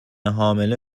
حامله